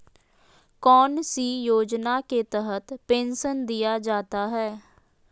कौन सी योजना के तहत पेंसन दिया जाता है?